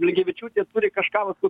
blinkevičiūtė turi kažką vat